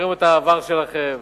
מכירים את העבר שלכם,